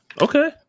Okay